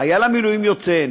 חייל המילואים יוצא,